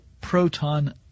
proton